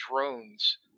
drones